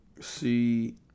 See